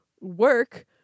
work